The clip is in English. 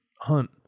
hunt